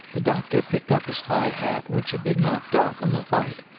the doctor picked up his high hat which had been knocked off in the fight,